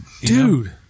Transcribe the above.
Dude